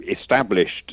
established